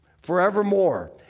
forevermore